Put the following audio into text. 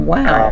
Wow